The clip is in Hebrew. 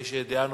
יש דעה נוספת.